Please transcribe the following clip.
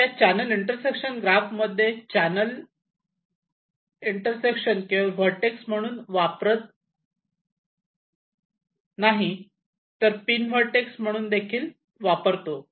आता या channel intersection graph मध्ये चॅनल इंटरसेक्शन केवळ व्हर्टेक्स म्हणूनच वापरत नाही तर पिन व्हर्टेक्स म्हणून देखील वापरतो